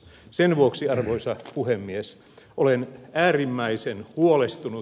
sen vuoksi arvoisa puhemies olen äärimmäisen huolestunut